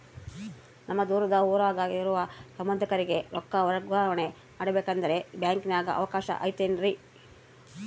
ನಮ್ಮ ದೂರದ ಊರಾಗ ಇರೋ ಸಂಬಂಧಿಕರಿಗೆ ರೊಕ್ಕ ವರ್ಗಾವಣೆ ಮಾಡಬೇಕೆಂದರೆ ಬ್ಯಾಂಕಿನಾಗೆ ಅವಕಾಶ ಐತೇನ್ರಿ?